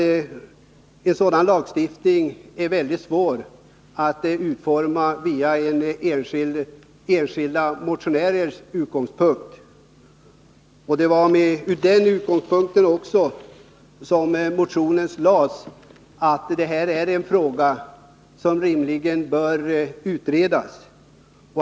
En sådan lagstiftning är svår att utforma från enskilda motionärers utgångspunkt. Motionen väcktes därför att vi ansåg att frågan om onykterhet till sjöss bör utredas.